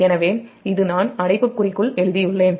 எனவே இது நான் அடைப்புக்குறிக்குள் எழுதியுள்ளேன்